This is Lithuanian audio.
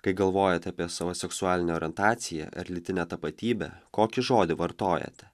kai galvojate apie savo seksualinę orientaciją ar lytinę tapatybę kokį žodį vartojate